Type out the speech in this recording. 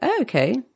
Okay